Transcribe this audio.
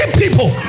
people